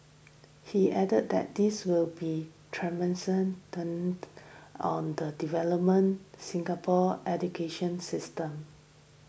he added that this will be tremendous on the development Singapore's educational system